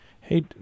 Hey